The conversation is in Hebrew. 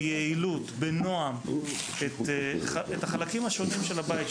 ביעילות ובנועם את החלקים השונים של הבית,